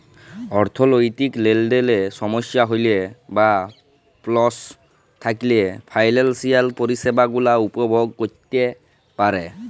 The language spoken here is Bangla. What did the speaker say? অথ্থলৈতিক লেলদেলে সমস্যা হ্যইলে বা পস্ল থ্যাইকলে ফিলালসিয়াল পরিছেবা গুলা উপভগ ক্যইরতে পার